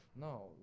No